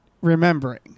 remembering